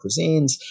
cuisines